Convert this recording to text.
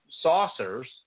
saucers